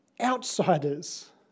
outsiders